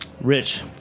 Rich